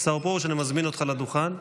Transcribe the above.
השר פרוש, אני מזמין אותך לדוכן.